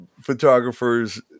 photographer's